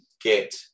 get